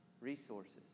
Resources